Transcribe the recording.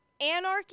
anarchy